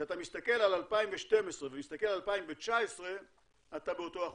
כשאתה מסתכל על 2012 ומסתכל על 2019 אתה באותו אחוז.